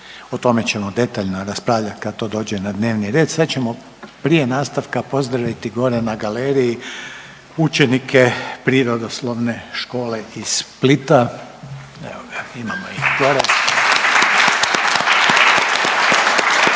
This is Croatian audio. O tome ćemo detaljno raspravljati kad to dođe na dnevni red. Sad ćemo prije nastavka pozdraviti gore na galeriji učenike Prirodoslovne škole iz Splita, evo ga imamo ih gore.